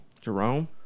Jerome